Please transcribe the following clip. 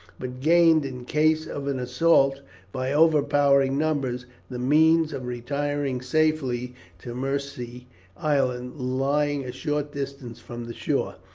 but gained, in case of an assault by overpowering numbers, the means of retiring safely to mersea island, lying a short distance from the shore.